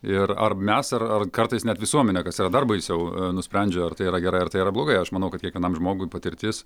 ir ar mes ar ar kartais net visuomenė kas yra dar baisiau nusprendžia ar tai yra gerai ar tai yra blogai aš manau kad kiekvienam žmogui patirtis